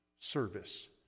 service